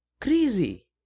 crazy